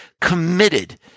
committed